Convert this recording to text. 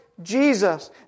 jesus